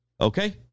Okay